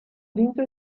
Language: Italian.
vinto